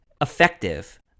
effective